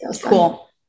Cool